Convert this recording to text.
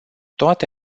toate